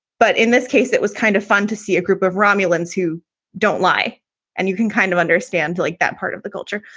but in this case, it was kind of fun to see a group of romulans who don't lie and you can kind of understand like that part of the culture.